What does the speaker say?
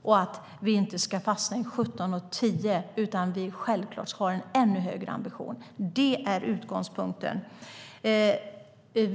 Vi ska inte fastna i 17 procent och 10 procent, utan vi ska självklart ha en ännu högre ambition. Det är utgångspunkten.